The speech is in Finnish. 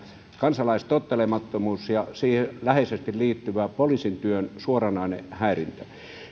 kansalaistottelemattomuus ja siihen läheisesti liittyvä poliisin työn suoranainen häirintä